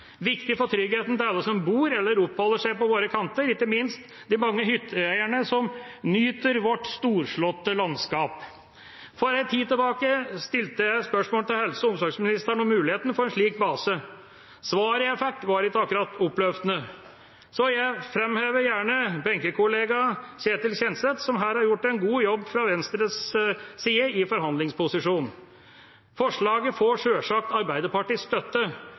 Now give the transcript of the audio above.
viktig for tryggheten til alle som bor eller oppholder seg på våre kanter, ikke minst de mange hytteeierne som nyter vårt storslåtte landskap. For en tid tilbake stilte jeg spørsmål til helse- og omsorgsministeren om muligheten for en slik base. Svaret jeg fikk, var ikke akkurat oppløftende. Jeg framhever gjerne benkekollega Ketil Kjenseth, som her har gjort en god jobb fra Venstres side i forhandlingsposisjon. Forslaget får sjølsagt Arbeiderpartiets støtte.